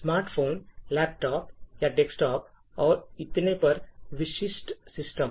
smart phone laptop या desktop और इतने पर विशिष्ट सिस्टम